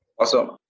Awesome